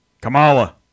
Kamala